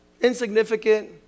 insignificant